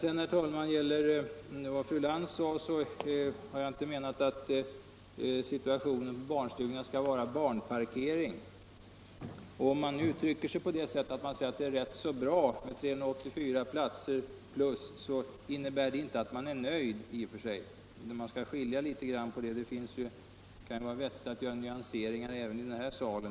Jag menade inte, fru Lantz, att barnstugorna skall tjäna som barnparkering. Om man säger att det är rätt bra med 384 nya utbildningsplatser innebär det i och för sig inte att man är nöjd, men det kan vara på sin plats att ibland göra nyanseringar även i denna sal.